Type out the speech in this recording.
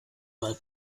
mal